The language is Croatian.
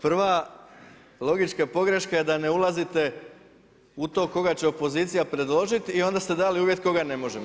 Prva logička pogreška je da ne ulazite u tom koga će opozicija predložiti i onda ste dali uvjet koga ne možemo.